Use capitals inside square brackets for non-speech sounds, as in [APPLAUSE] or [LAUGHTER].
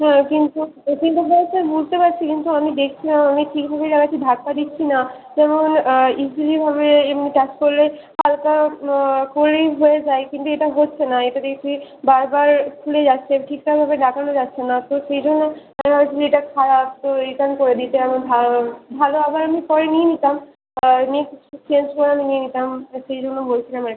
হ্যাঁ কিন্তু [UNINTELLIGIBLE] বুঝতে পারছি কিন্তু আমি দেখলাম আমি ঠিকভাবেই লাগাচ্ছি ধাক্কা দিচ্ছি না কেমন ইজিলি ভাবে এমনি টাচ করলে হালকা করলেই হয়ে যায় কিন্তু এটা হচ্ছে না এটা দেখছি বারবার খুলে যাচ্ছে ঠিকঠাকভাবে লাগানো যাচ্ছে না তো সেই জন্য আমি ভাবছি যে এটা খারাপ তো রিটার্ন করে দিতে আবার ভালো ভালো আবার আমি পরে নিয়ে নিতাম নিয়ে চেঞ্জ করে আমি নিয়ে নিতাম সেই জন্য বলছিলাম আর কি